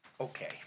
Okay